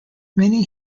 many